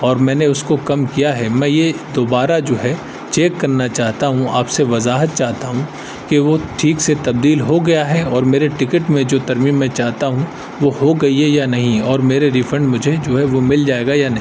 اور میں نے اس کو کم کیا ہے میں یہ دوبارہ جو ہے چیک کرنا چاہتا ہوں آپ سے وضاحت چاہتا ہوں کہ وہ ٹھیک سے تبدیل ہو گیا ہے اور میرے ٹکٹ میں جو ترمیم میں چاہتا ہوں وہ ہو گئی ہے یا نہیں اور میرے ریفنڈ مجھے جو ہے وہ مل جائے گا یا نہیں